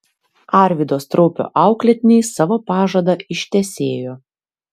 arvydo straupio auklėtiniai savo pažadą ištesėjo